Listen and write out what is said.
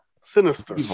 sinister